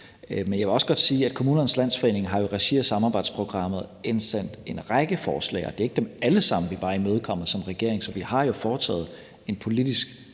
Men jeg vil også godt sige, at Kommunernes Landsforening jo i regi af samarbejdsprogrammet har indsendt en række forslag, og det er ikke dem alle sammen, vi som regering bare imødekommer. Så vi har jo foretaget en politisk